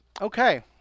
Okay